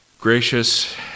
Gracious